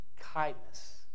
kindness